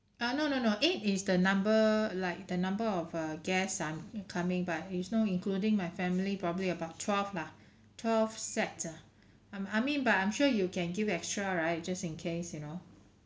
ah no no no eight is the number like the number of uh guest I'm incoming but is no including my family probably about twelve lah twelve set uh I'm I mean but I'm sure you can give extra right just in case you know